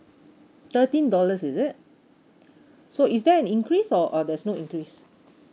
thirteen dollars is it so is there an increase or or there's no increase